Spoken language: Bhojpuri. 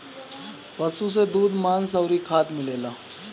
पशु से दूध, मांस अउरी खाद मिलेला